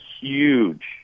huge